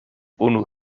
unu